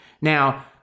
Now